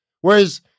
Whereas